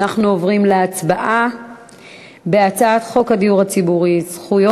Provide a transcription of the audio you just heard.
אנחנו עוברים להצבעה על הצעת חוק הדיור הציבורי (זכויות